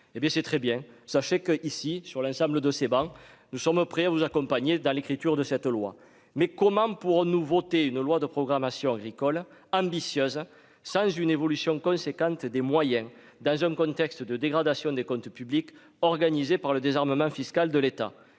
hé bien, c'est très bien, sachez que, ici, sur l'ensemble de ces bancs, nous sommes prêts à vous accompagner dans l'écriture de cette loi, mais comment pourrons-nous voter une loi de programmation agricole ambitieuse, une évolution conséquente des moyens d'âge, un contexte de dégradation des comptes publics, organisé par le désarmement fiscal de l'État,